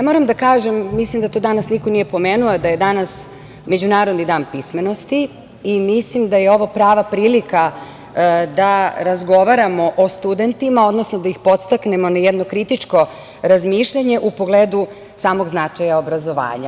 Moram da kažem, mislim da to danas niko nije pomenuo, da je danas Međunarodni dan pismenosti i mislim da je ovo prava prilika da razgovaramo o studentima, odnosno da ih podstaknemo na jedno kritičko razmišljanje u pogledu samog značaja obrazovanja.